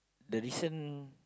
the recent